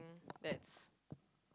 that's